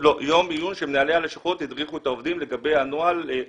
יום עיון שמנהלי הלשכות הדריכו את העובדים לגבי הנוהל.